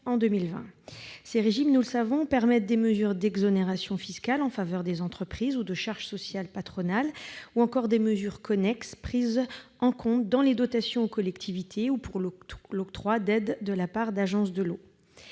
Ces régimes, nous le savons, permettent des mesures d'exonération fiscale en faveur des entreprises, d'exonération des charges sociales patronales ou encore des mesures connexes prises en compte dans les dotations aux collectivités ou pour l'octroi d'aides de la part d'agences de l'eau.